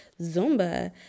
Zumba